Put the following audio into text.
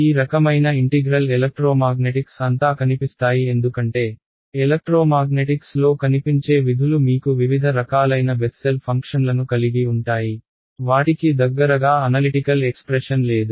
ఈ రకమైన integral electromagnetics అంతా కనిపిస్తాయి ఎందుకంటే ఎలక్ట్రోమాగ్నెటిక్స్ లో కనిపించే విధులు మీకు వివిధ రకాలైన బెస్సెల్ ఫంక్షన్లను కలిగి ఉంటాయి వాటికి దగ్గరగా అనలిటికల్ ఎక్స్ప్రెషన్ లేదు